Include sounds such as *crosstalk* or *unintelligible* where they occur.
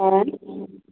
*unintelligible*